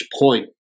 point